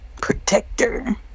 Protector